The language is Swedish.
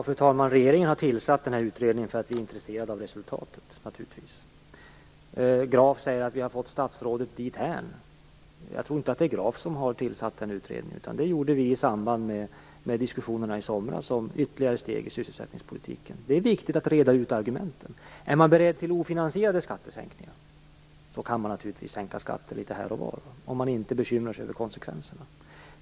Fru talman! Regeringen har naturligtvis tillsatt utredningen därför att den är intresserad av resultatet. Carl Fredrik Graf säger: Vi har fått statsrådet dithän. Jag tror inte att det är Graf som har tillsatt denna utredning, utan det gjorde vi i samband med diskussionerna i somras om ytterligare steg i sysselsättningspolitiken. Det är viktigt att reda ut argumenten. Är man beredd till ofinansierade skattesänkningar kan man naturligtvis sänka skatter litet här och var om man inte bekymrar sig över konsekvenserna.